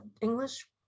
english